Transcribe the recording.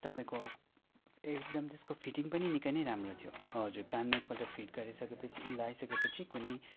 तपाईँको एकदम त्यसको फिटिङ पनि निकै नै राम्रो थियो हजुर कानमा एकपल्ट फिट गरिसकेपछि लगाइसकेपछि कुनै